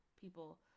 people